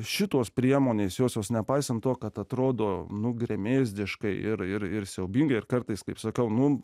šitos priemonės josios nepaisant to kad atrodo nu gremėzdiškai ir ir ir siaubinga ir kartais kaip sakau nu